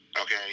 Okay